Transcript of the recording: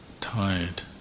tired